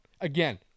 again